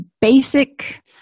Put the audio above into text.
basic